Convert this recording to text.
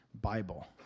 Bible